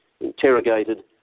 interrogated